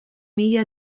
mila